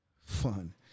fun